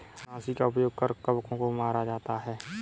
कवकनाशी का उपयोग कर कवकों को मारा जाता है